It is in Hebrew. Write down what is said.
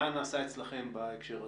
מה נעשה אצלכם בהקשר הזה?